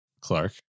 Clark